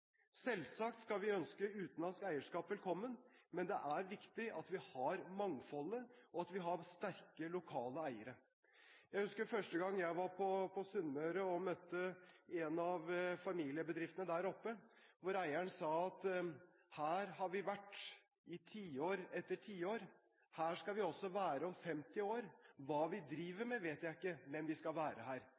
Selvsagt skal vi ønske utenlandsk eierskap velkommen, men det er viktig at vi har mangfoldet, og at vi har sterke, lokale eiere. Jeg husker første gang jeg var på Sunnmøre og møtte en fra familiebedriftene der oppe. Eieren sa at her har vi vært i tiår etter tiår, her skal vi også være om 50 år – hva vi da driver med, vet jeg ikke, men vi skal være her.